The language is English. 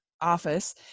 office